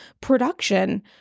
production